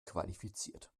qualifiziert